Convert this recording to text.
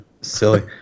silly